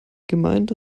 gemeinde